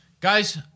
Guys